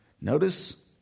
Notice